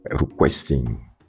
requesting